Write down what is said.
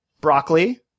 Broccoli